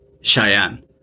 Cheyenne